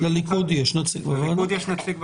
לליכוד יש נציג בוועדה.